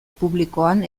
publikoan